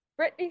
britney